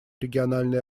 региональные